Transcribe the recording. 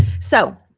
so